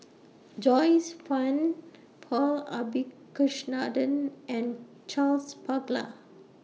Joyce fan Paul Abisheganaden and Charles Paglar